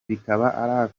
bikaba